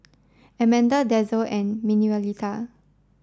Amanda Denzel and Manuelita